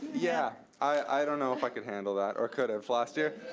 yeah i don't know if i could handle that, or could have last year,